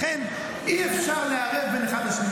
לכן אי-אפשר לערב בין האחד לשני.